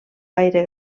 gaire